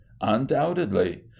Undoubtedly